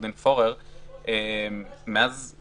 שהסיבה שזה לא מגיע לוועדה,